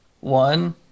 one